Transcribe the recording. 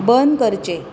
बंद करचें